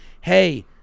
hey